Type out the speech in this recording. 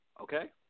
okay